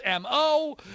mo